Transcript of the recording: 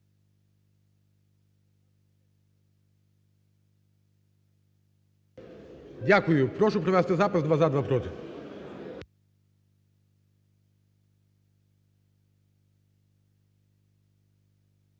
Дякую. Прошу провести запис: два – за, два – проти.